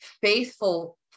faithful